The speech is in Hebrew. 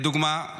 לדוגמה,